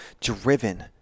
driven